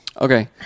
okay